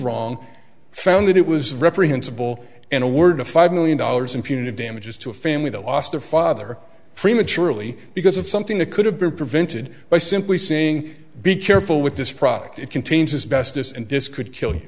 wrong found that it was reprehensible and a word of five million dollars in punitive damages to a family that lost a father prematurely because of something that could have been prevented by simply saying be careful with this product it contains his best this and this could kill you